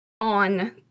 on